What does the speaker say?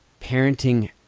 parenting